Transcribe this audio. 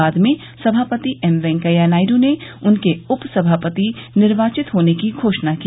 बाद में सभापति एम वेंकैया नायड् ने उनके उपसभापति निर्वाचित होने की घोषणा की